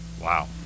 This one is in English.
Wow